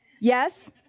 yes